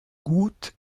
gut